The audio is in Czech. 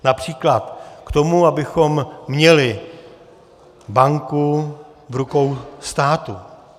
Například k tomu, abychom měli banku v rukou státu.